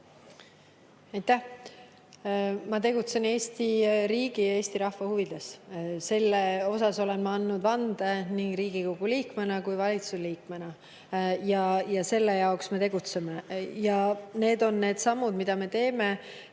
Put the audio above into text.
Ma tegutsen Eesti riigi ja Eesti rahva huvides. Selle kohta olen andnud vande nii Riigikogu liikmena kui ka valitsuse liikmena. Selle jaoks me tegutseme ja need on need sammud, mida me teeme